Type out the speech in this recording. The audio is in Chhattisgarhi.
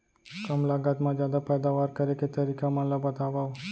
कम लागत मा जादा पैदावार करे के तरीका मन ला बतावव?